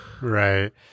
Right